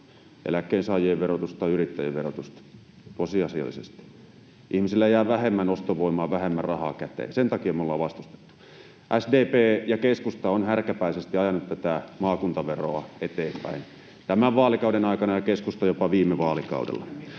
eläkkeensaajien verotusta ja yrittäjien verotusta, tosiasiallisesti. Ihmisille jää vähemmän ostovoimaa, vähemmän rahaa käteen. Sen takia me ollaan vastustettu. SDP ja keskusta ovat härkäpäisesti ajaneet tätä maakuntaveroa eteenpäin tämän vaalikauden aikana ja keskusta jopa viime vaalikaudella.